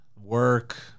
work